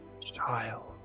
Child